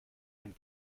ein